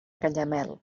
canyamel